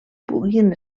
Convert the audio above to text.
puguin